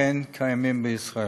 אכן קיימים בישראל.